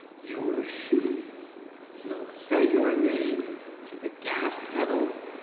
your shoes will say your name to the gas pedal,